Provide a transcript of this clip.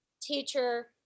teacher